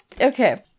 Okay